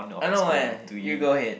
uh nevermind you go ahead